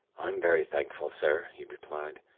i'm very thankful, sir he replied.